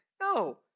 No